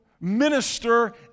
minister